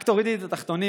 רק תורידי את התחתונים,